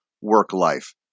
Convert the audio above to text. work-life